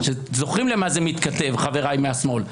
אתם זוכרים עם מה זה מתכתב, חבריי מהשמאל?